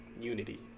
unity